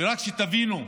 ורק שתבינו,